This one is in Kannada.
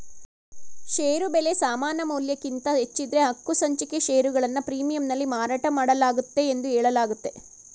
ಷೇರು ಬೆಲೆ ಸಮಾನಮೌಲ್ಯಕ್ಕಿಂತ ಹೆಚ್ಚಿದ್ದ್ರೆ ಹಕ್ಕುಸಂಚಿಕೆ ಷೇರುಗಳನ್ನ ಪ್ರೀಮಿಯಂನಲ್ಲಿ ಮಾರಾಟಮಾಡಲಾಗುತ್ತೆ ಎಂದು ಹೇಳಲಾಗುತ್ತೆ